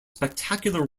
spectacular